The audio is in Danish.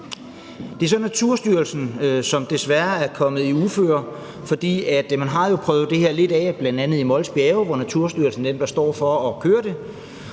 Det er så Naturstyrelsen, som desværre er kommet i uføre. For man har jo prøvet det her lidt af, bl.a. i Mols Bjerge, hvor Naturstyrelsen står for at køre det.